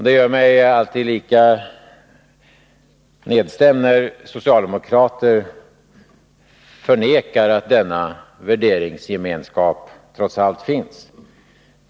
Det gör mig alltid lika nedstämd när socialdemokrater förnekar att denna värderingsgemenskap finns.